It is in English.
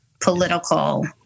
political